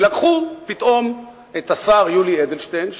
ולקחו פתאום את השר יולי אדלשטיין,